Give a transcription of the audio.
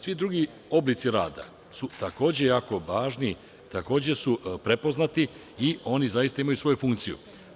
Svi drugi oblici rada su takođe jako važni, takođe su prepoznati i oni zaista imaju svoju funkciju.